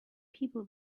people